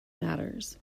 matters